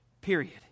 Period